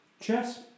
Chess